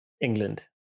England